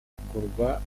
kugurwa